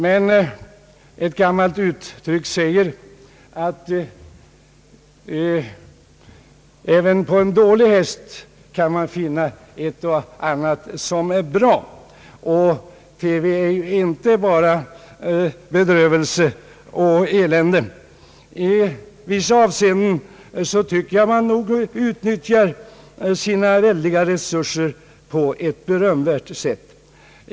Men ett gammalt uttryck säger, att även på en dålig häst kan man finna ett och annat som är bra, och TV är inte bara bedrövelse och elände. I vissa avseenden utnyttjar man, tycker jag nog, sina väldiga resurser på ett berömvärt sätt.